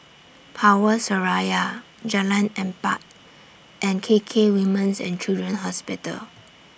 Power Seraya Jalan Empat and KK Women's and Children's Hospital